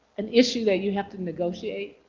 an issue that you have to negotiate.